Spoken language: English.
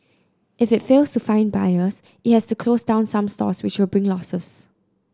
if it fails to find buyers it has to close down some stores which will bring losses